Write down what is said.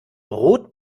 rot